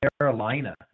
Carolina